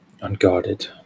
unguarded